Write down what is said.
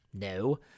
No